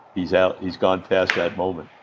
he's out. he's gone past that moment.